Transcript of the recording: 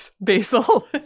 Basil